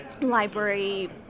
library